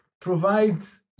provides